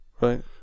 Right